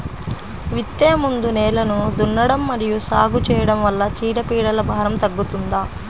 విత్తే ముందు నేలను దున్నడం మరియు సాగు చేయడం వల్ల చీడపీడల భారం తగ్గుతుందా?